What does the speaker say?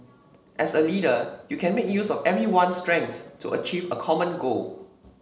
as a leader you can make use of everyone's strengths to achieve a common goal